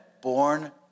born